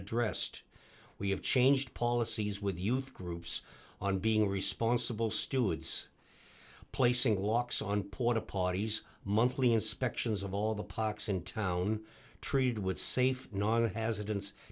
addressed we have changed policies with youth groups on being responsible stewards placing locks on porta potties monthly inspections of all the parks in town treated wood safe non has